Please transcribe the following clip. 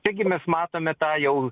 taigi mes matome tą jau